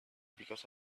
because